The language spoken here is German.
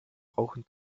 brauchen